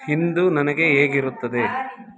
ಇಂದು ನನಗೆ ಹೇಗಿರುತ್ತದೆ